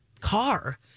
car